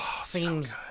seems